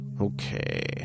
Okay